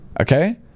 okay